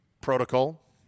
protocol